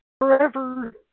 forever